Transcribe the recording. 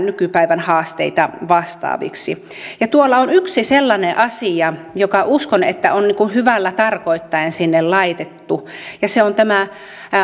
nykypäivän haasteita vastaaviksi tuolla on yksi sellainen asia ja uskon että se on hyvällä tarkoittaen sinne laitettu ja se on tämä